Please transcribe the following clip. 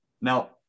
Now